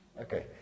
Okay